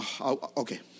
Okay